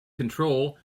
control